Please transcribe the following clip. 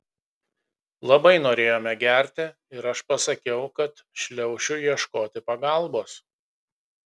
labai norėjome gerti ir aš pasakiau kad šliaušiu ieškoti pagalbos